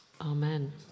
amen